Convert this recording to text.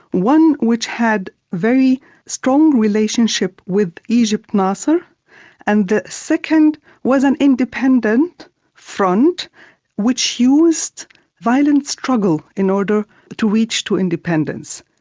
one which had very strong relationship with egypt nasser and second was an independent front which used violent struggle in order to reach to independence.